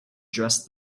dressed